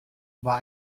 war